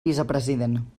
vicepresident